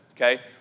okay